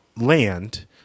land